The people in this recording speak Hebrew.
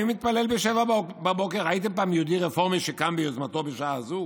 מי מתפלל ב-07:00 בבוקר?" ראיתם פעם יהודי רפורמי שקם ביוזמתו בשעה הזו?